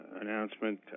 announcement